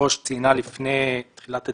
היושבת-ראש לפני תחילת הדיון,